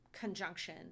Conjunction